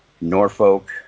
Norfolk